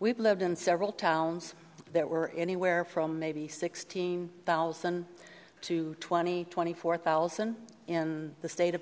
we've lived in several towns there were anywhere from maybe sixteen thousand to twenty twenty four thousand in the state of